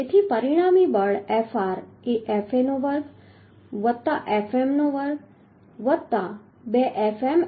તેથી પરિણામી બળ Fr એ Fa નો વર્ગ વત્તા Fm1 નો વર્ગ વત્તા 2FaFm1 cos થીટા બનશે